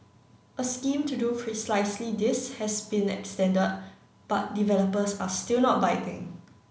a scheme to do precisely this has been extended but developers are still not biting